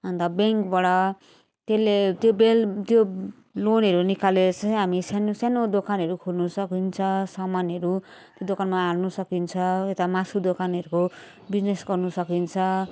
अन्त ब्याङ्कबाट त्यसले त्यो बेल त्यो लोनहरू निकालेर चाहिँ हामी सानो सानो दोकानहरू खोल्नसकिन्छ सामानहरू दोकानमा हाल्नसकिन्छ यता मासु दोकानहरूको बिजनेस गर्नसकिन्छ